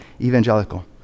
evangelical